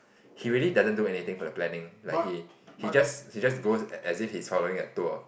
he really doesn't do anything for the planning like he he just he just goes as if he's following a tour